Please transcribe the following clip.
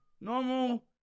Normal